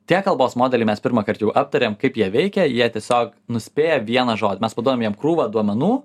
tie kalbos modeliai mes pirmąkart jau aptarėm kaip jie veikia jie tiesiog nuspėja vieną žodį mes paduodam jam krūvą duomenų